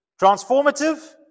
Transformative